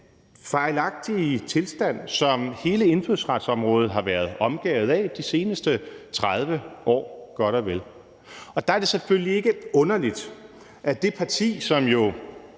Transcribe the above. fejlagtige tilstand, som hele indfødsretsområdet har været omgærdet af de seneste 30 år godt og vel. Der er det selvfølgelig ikke underligt, at det parti, som jo